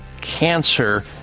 cancer